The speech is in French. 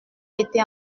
été